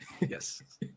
yes